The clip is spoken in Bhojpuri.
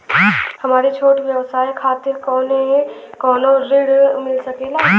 हमरे छोट व्यवसाय खातिर कौनो ऋण मिल सकेला?